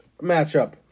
matchup